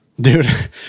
dude